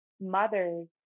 mothers